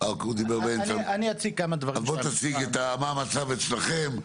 בוא תציג מה המצב אצלכם,